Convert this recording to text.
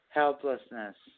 helplessness